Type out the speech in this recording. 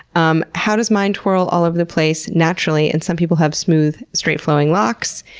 um how does mine twirl all over the place naturally and some people have smooth, straight flowing locks?